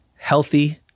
Healthy